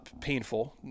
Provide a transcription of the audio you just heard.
painful